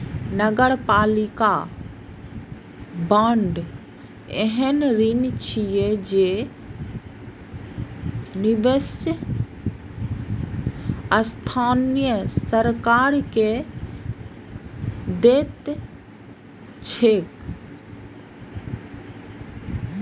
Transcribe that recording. नगरपालिका बांड एहन ऋण छियै जे निवेशक स्थानीय सरकार कें दैत छैक